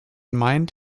meint